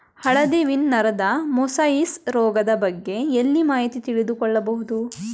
ಹಳದಿ ವೀನ್ ನರದ ಮೊಸಾಯಿಸ್ ರೋಗದ ಬಗ್ಗೆ ಎಲ್ಲಿ ಮಾಹಿತಿ ತಿಳಿದು ಕೊಳ್ಳಬಹುದು?